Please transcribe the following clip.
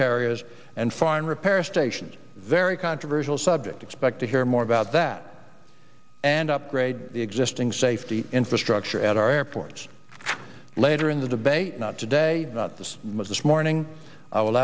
carriers and foreign repair stations very controversial subject expect to hear more about that and upgrade the existing safety infrastructure at our airports later in the debate not today not this much this morning i will